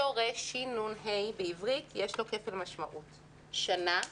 השורש ש-נ-ה בעברית, יש לו כפל משמעות: "שנה",